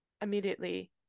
immediately